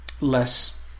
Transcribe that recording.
less